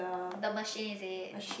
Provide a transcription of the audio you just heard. the machine is it